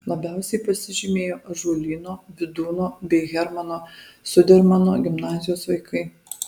labiausiai pasižymėjo ąžuolyno vydūno bei hermano zudermano gimnazijos vaikai